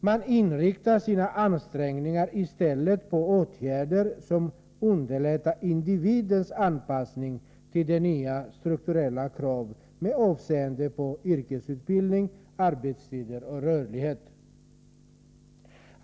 Man inriktar sina ansträngningar i stället på åtgärder som underlättar individens anpassning till de nya strukturella kraven med avseende på yrkesutbildning, arbetstider och rörlighet.